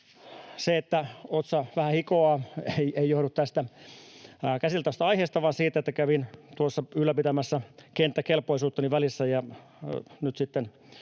se, että otsa vähän hikoaa, ei johdu tästä käsiteltävästä aiheesta vaan siitä, että kävin tuossa ylläpitämässä kenttäkelpoisuuttani välissä ja nyt sitten